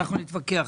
אנחנו נתווכח,